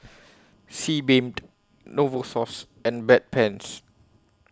Sebamed Novosource and Bedpans